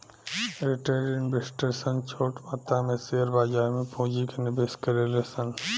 retail investor सन छोट मात्रा में शेयर बाजार में पूंजी के निवेश करेले सन